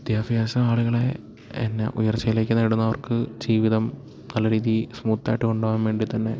വിദ്യാഭ്യാസമാളുകളെ എന്നാ ഉയർച്ചയിലേക്ക് നേടുന്നവർക്ക് ജീവിതം നല്ല രീതിയിൽ സ്മൂത്ത് ആയിട്ട് കൊണ്ടുപോകാൻ വേണ്ടി തന്നെ